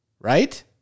Right